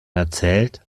erzählt